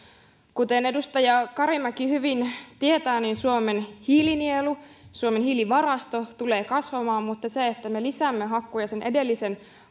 kuten edustaja karimäki hyvin tietää niin suomen hiilinielu suomen hiilivarasto tulee kasvamaan mutta se että me lisäämme hakkuita sen edellisen